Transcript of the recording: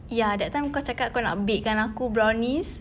ya that time kau cakap kau nak bakekan aku brownies